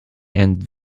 and